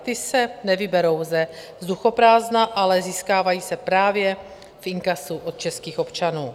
Ty se nevyberou ze vzduchoprázdna, ale získávají se právě z inkasa od českých občanů.